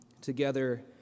together